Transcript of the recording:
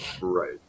Right